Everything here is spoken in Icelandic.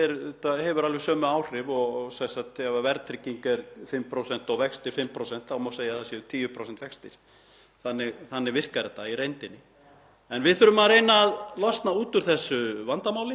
En við þurfum að reyna að losna út úr þessu vandamáli og ég hef mína skoðun á því hvernig við gerum það og hv. flutningsmaður hefur sína skoðun og ég held við verðum ekki sammála um það.